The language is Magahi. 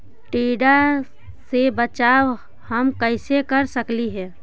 टीडा से बचाव हम कैसे कर सकली हे?